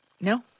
No